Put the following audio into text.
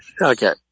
Okay